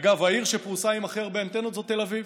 אגב, העיר שפרוסה עם הכי הרבה אנטנות זאת תל אביב,